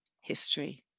history